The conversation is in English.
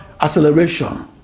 acceleration